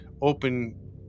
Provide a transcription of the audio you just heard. open